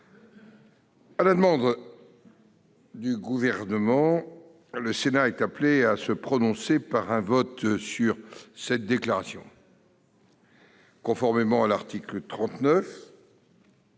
À la demande du Gouvernement, le Sénat est appelé à se prononcer par un vote sur la déclaration du Gouvernement relative à